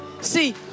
See